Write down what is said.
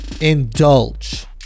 indulge